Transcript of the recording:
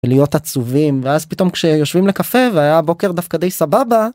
להיות עצובים ואז פתאום כשיושבים לקפה והיה בוקר דווקא די סבבה.